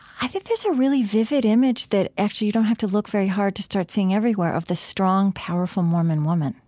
i think there's a really vivid image that actually you don't have to look very hard to start seeing everywhere of the strong, powerful mormon woman.